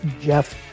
Jeff